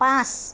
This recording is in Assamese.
পাঁচ